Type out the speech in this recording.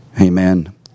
Amen